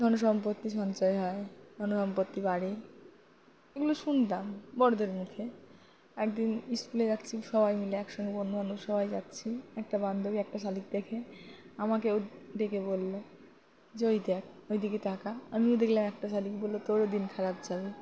ধন সম্পত্তি সঞ্চয় হয় ধন সম্পত্তি বাড়ে এগুলো শুনতাম বড়দের মুখে একদিন ইস্কুলে যাচ্ছি সবাই মিলে একসঙ্গে বন্ধুবান্ধব সবাই যাচ্ছি একটা বান্ধবী একটা শালিক দেখে আমাকেও ডেকে বললো যে ওই দেখ ওই দিকে তাকা আমিও দেখলাম একটা শালিক বললো তোরও দিন খারাপ যাবে